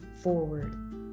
forward